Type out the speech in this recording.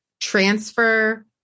transfer